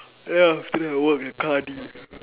ya after that I work as car dealer